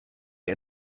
ihr